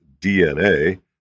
DNA